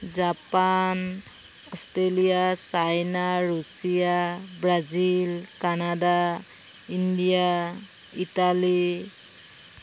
Japan Australia China Russia Brazil Canada India Italy